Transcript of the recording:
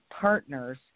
partners